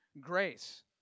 grace